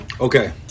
Okay